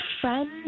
friend